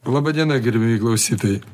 laba diena gerbiami klausytojai